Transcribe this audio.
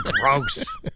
gross